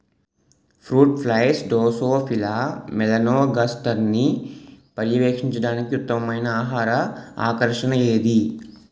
Fruit flies Drosophila మెలనోగాస్టర్ని పర్యవేక్షించడానికి ఉత్తమమైన ఆహార ఆకర్షణ ఏది?